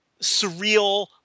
surreal